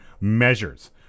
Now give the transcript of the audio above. measures